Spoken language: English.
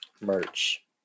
merch